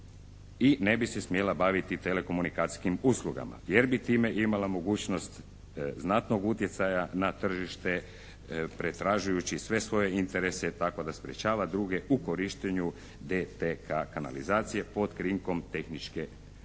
i ne bi se smjela baviti telekomunikacijskim uslugama jer bi time imala mogućnost znatnog utjecaja na tržište pretražujući sve svoje interese tako da sprječava druge u korištenju DTK-a kanalizacije pod krinkom tehničke